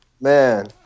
Man